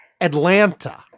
Atlanta